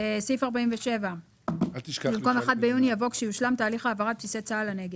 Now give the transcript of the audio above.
עוברים לקובץ ההסתייגויות של המחנה הממלכתי.